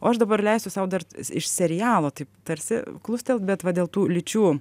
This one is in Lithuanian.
o aš dabar leisiu sau dar iš serialo taip tarsi klustelt bet va dėl tų lyčių